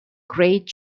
great